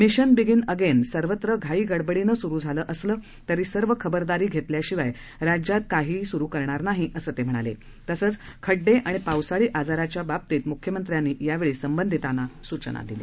mission begin अग्र सर्वत्र घाईगडबडीनं सुरु झालं असलं तरी सर्व खबरदारी घतिक्याशिवाय राज्यात काही सुरु करणार नाही असं तम्हणालप्रसंच खड्डआणि पावसाळी आजाराच्या बाबतीत मुख्यमंत्र्यांनी यावळी संबंधितांना सूचना दिल्या